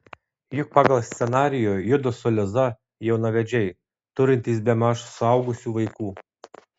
juk pagal scenarijų judu su liza jaunavedžiai turintys bemaž suaugusių vaikų